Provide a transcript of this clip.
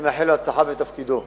אני מאחל לו הצלחה בתפקידו.